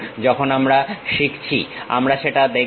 যখন আমরা শিখছি আমরা সেটা দেখবো